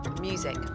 Music